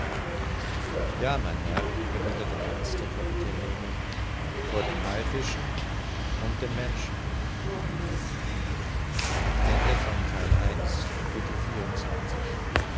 ja mein herr erwiderte ernst der kapitän nemo vor den haifischen und den menschen